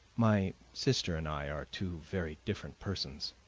my sister and i are two very different persons,